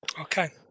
Okay